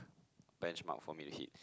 benchmark for me to hit